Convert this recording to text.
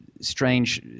strange